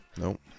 Nope